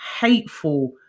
hateful